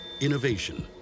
Innovation